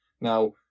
now